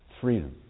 freedom